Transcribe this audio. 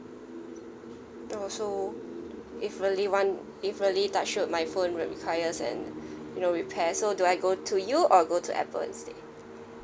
oh so if really want if really touch wood my phone would requires an you know repair so do I go to you or go to apple instead